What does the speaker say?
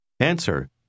Answer